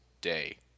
day